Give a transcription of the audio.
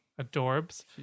adorbs